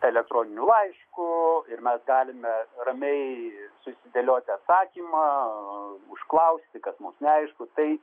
elektroniniu laišku ir mes galime ramiai susidėlioti atsakymą užklausti kas mums neaišku tai